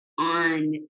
on